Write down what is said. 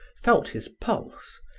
felt his pulse,